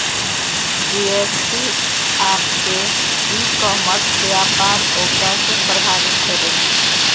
GST आपके e commerce व्यापार को कैसे प्रभावित करेगी?